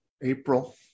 april